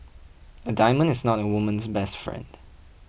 a diamond is not a woman's best friend